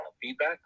feedback